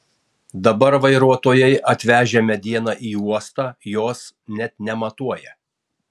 dabar vairuotojai atvežę medieną į uostą jos net nematuoja